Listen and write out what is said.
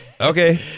okay